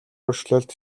өөрчлөлт